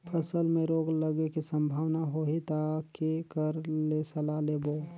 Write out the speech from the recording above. फसल मे रोग लगे के संभावना होही ता के कर ले सलाह लेबो?